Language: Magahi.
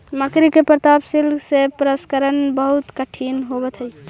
मकड़ि से प्राप्त सिल्क के प्रसंस्करण बहुत कठिन होवऽ हई